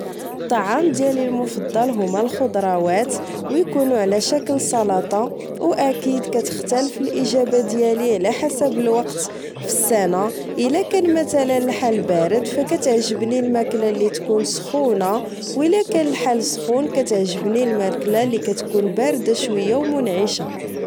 الطعام ديالي المفضل هما الخضروات ويكونو على شكل سلطة أو أكيد كتختالف الإجابة ديالي على حساب الوقت فالسنة إلى كان متلا الحال بارد فكتعجبني الماكلة تكون سخونة أو إلى كان الحال سخون كتعجبني الماكلة لي كتكون باردة شوية أو منعشة